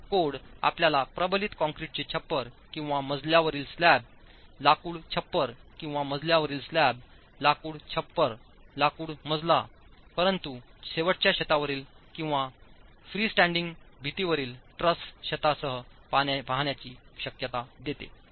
तर कोड आपल्याला प्रबलित काँक्रीटचे छप्पर किंवा मजल्यावरील स्लॅब लाकूड छप्पर किंवा मजल्यावरील स्लॅब लाकूड छप्पर लाकूड मजला परंतु शेवटच्या छतावरील किंवा फ्रीस्टँडिंग भिंतीवरील ट्रस छतासह पाहण्याची शक्यता देते